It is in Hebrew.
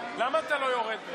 למה אתה לא יורד?